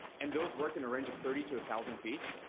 and those work in a range of thirty to a thousand feet.